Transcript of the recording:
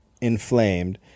inflamed